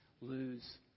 lose